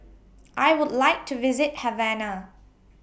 I Would like to visit Havana